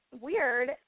weird